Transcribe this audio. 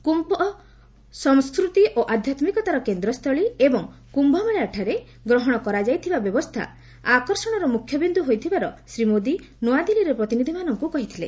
Q ସଂସ୍କୃତି ଓ ଆଧ୍ୟାତ୍ଲିକତାର କେନ୍ଦ୍ରସ୍ଥଳୀ ଏବଂ କ୍ୟୁମେଳାଠାରେ ଗ୍ରହଣ କରାଯାଇଥିବା ବ୍ୟବସ୍ଥା ଆକର୍ଷଣର ମୁଖ୍ୟ ବିନ୍ଦୁ ହୋଇଥିବାର ଶ୍ରୀ ମୋଦି ନୂଆଦିଲ୍ଲୀରେ ପ୍ରତିନିଧିମାନଙ୍କୁ କହିଥିଲେ